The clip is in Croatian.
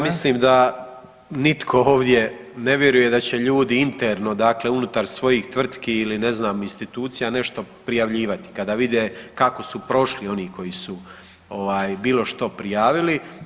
Pa ja mislim da nitko ovdje ne vjeruje da će ljudi interno dakle unutar svojih tvrtki ili ne znam institucija nešto prijavljivati kada vide kako su prošli oni koji su ovaj bilo što prijavili.